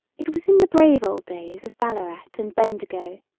it was in the brave old days of ballarat and bendigo,